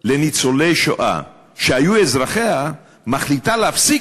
לניצולי שואה שהיו אזרחיה מחליטה להפסיק